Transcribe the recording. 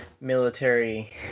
military